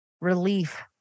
relief